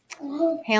Hail